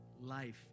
life